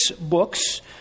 books